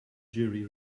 jury